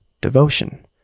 devotion